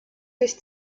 sich